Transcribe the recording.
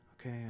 okay